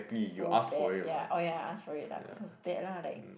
so bad ya oh ya I asked for it lah cause it was bad lah like